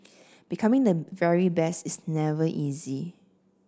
becoming the very best is never easy